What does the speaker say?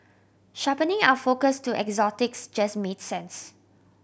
sharpening our focus to exotics just made sense